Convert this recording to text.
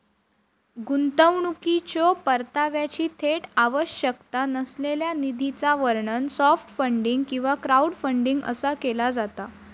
गुंतवणुकीच्यो परताव्याची थेट आवश्यकता नसलेल्या निधीचा वर्णन सॉफ्ट फंडिंग किंवा क्राऊडफंडिंग असा केला जाता